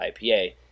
IPA